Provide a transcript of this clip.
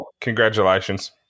Congratulations